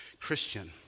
Christian